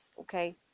Okay